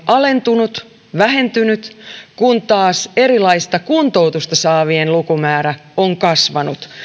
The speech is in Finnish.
alentunut vähentynyt kun taas erilaista kuntoutusta saavien lukumäärä on kasvanut